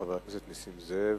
חבר הכנסת נסים זאב,